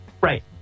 Right